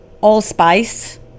allspice